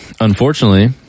Unfortunately